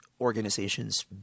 organizations